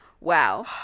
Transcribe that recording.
wow